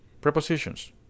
Prepositions